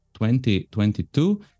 2022